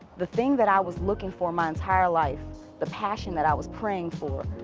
the thing that i was looking for my entire life the passion that i was praying for,